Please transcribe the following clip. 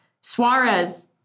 Suarez